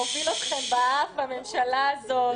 מוביל אתכם באף בממשלה הזאת.